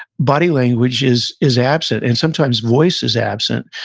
body language is is absent, and sometimes, voice is absent.